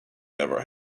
never